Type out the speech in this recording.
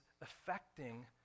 affecting